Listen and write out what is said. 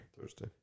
Thursday